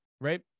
right